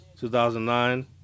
2009